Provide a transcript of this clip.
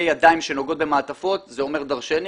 שנוגעות במעטפות זה אומר דרשני,